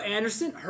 Anderson